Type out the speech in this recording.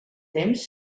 temps